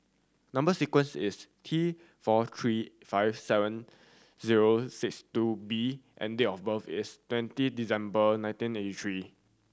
number sequence is T four three five seven zero six two B and date of birth is twenty December nineteen eighty three